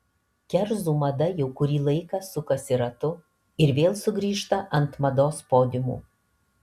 kerzų mada jau kurį laiką sukasi ratu ir vėl sugrįžta ant mados podiumų